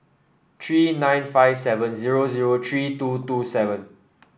three nine five seven zero zero three two two seven